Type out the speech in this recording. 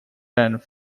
and